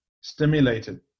stimulated